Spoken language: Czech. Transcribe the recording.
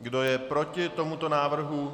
Kdo je proti tomuto návrhu?